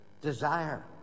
desire